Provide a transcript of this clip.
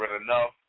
enough